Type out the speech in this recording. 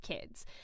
Kids